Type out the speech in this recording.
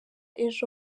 ejo